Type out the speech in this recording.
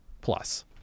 plus